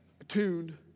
attuned